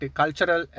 cultural